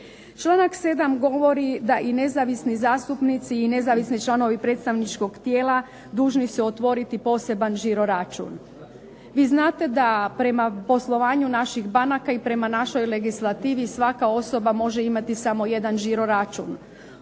Članak 7. govori da i nezavisni zastupnici i nezavisni članovi predstavničkog tijela dužni su otvoriti poseban žiro račun. Vi znate da prema poslovanju naših banaka i prema našoj legislativi svaka osoba može imati samo jedan žiro račun.